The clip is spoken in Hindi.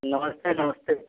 नमस्ते नमस्ते